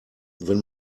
wenn